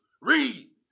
Read